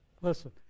Listen